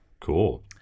Cool